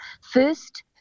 First